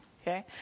Okay